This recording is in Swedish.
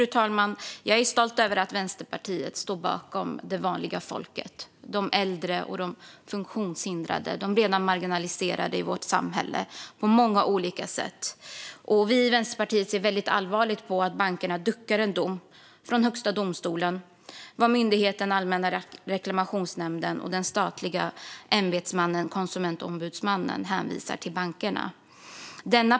Fru talman! Jag är stolt över att Vänsterpartiet på många olika sätt står bakom vanligt folk, de äldre och de funktionshindrade, de redan marginaliserade i vårt samhälle. Vi i Vänsterpartiet ser väldigt allvarligt på att bankerna duckar en dom från Högsta domstolen och vad myndigheten Allmänna reklamationsnämnden och den statliga Konsumentombudsmannen hänvisar till när det gäller bankerna.